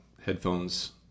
headphones